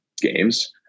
games